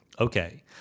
Okay